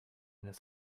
this